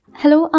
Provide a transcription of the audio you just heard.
hello